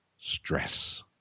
stress